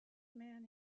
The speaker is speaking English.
man